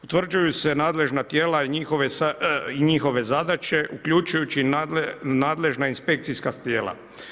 Utvrđuju se nadležna tijela i njihove zadaće uključujući nadležna inspekcija tijela.